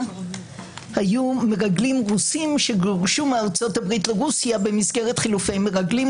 היו מרגלים רוסים שגורשו מארצות הברית לרוסיה במסגרת חילופי מרגלים,